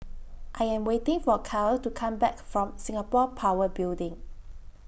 I Am waiting For Kaia to Come Back from Singapore Power Building